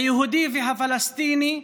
היהודי והפלסטיני,